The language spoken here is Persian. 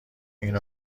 این